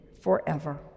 forever